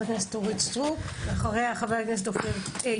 חברת הכנסת אורית סטרוק ואחריה חבר הכנסת יואב